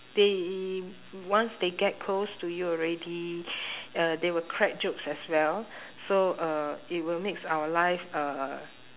they once they get close to you already uh they will crack jokes as well so uh it will makes our life uh